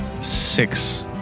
six